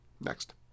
Next